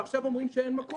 ועכשיו אומרים שאין מקום.